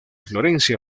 florencia